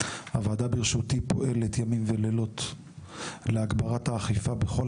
הוועדה ברשותי פועלת ימים ולילות להגברת האכיפה בכל